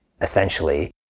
essentially